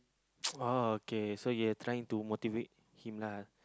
oh okay so your trying to motivate him lah